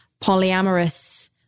polyamorous